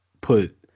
put